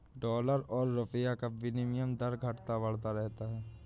dollar और रूपए का विनियम दर घटता बढ़ता रहता है